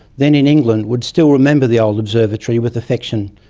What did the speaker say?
then in england, would still remember the old observatory with affection,